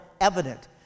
evident